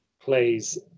plays